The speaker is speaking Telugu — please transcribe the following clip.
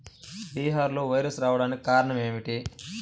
బీరలో వైరస్ రావడానికి కారణం ఏమిటి?